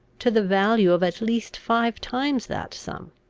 to the value of at least five times that sum.